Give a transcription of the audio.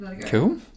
Cool